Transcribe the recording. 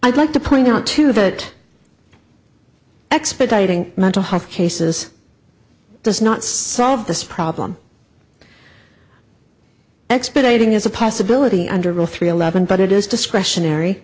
i'd like to point out too that expediting mental health cases does not solve this problem expediting is a possibility under rule three eleven but it is discretionary